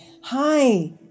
Hi